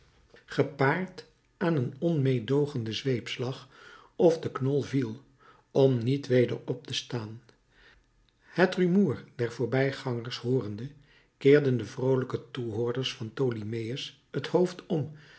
gepaard aan een onmeedoogenden zweepslap of de knol viel om niet weder op te staan het rumoer der voorbijgangers hoorende keerden de vroolijke toehoorders van tholomyès het hoofd om